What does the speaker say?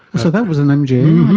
so that was in mja?